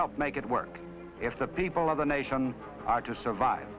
help make it work if the people of the nation are to survive